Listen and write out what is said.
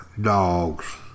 dogs